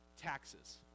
Taxes